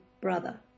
brother